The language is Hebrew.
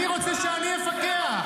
אני רוצה שאני אפקח.